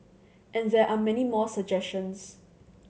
and there are many more suggestions